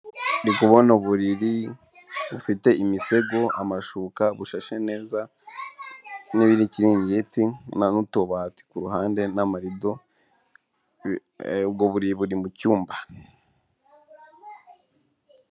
Ndikubona uburiri bufite imisego, amashuka, bushashe neza, n'ikiringiti n'utubati, ku ruhande n'amarido, ubwo buriri buri mu cyumba.